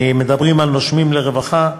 מדברים על "נושמים לרווחה",